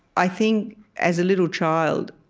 i think as a little child,